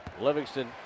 Livingston